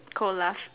cold lush